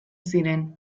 ziren